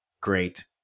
great